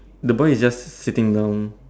the boy is just sitting down